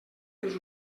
els